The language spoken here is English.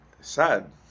sad